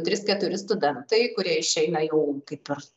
trys keturi studentai kurie išeina jau kaip ir